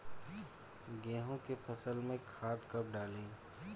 गेहूं के फसल में खाद कब डाली?